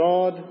God